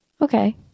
okay